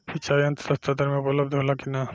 सिंचाई यंत्र सस्ता दर में उपलब्ध होला कि न?